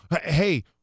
hey